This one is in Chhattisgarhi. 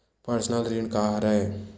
पर्सनल ऋण का हरय?